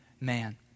man